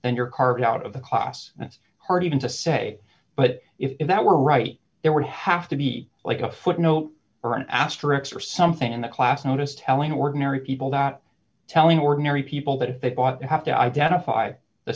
then your car out of the class it's hard even to say but if that were right there would have to be like a footnote or an asterisk or something in the class notice telling ordinary people not telling ordinary people that they ought to have to identify the